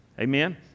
Amen